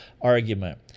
argument